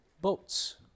boats